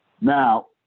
Now